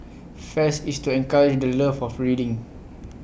fest is to encourage the love for of reading